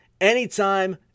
anytime